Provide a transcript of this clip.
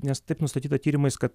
į nes taip nustatyta tyrimais kad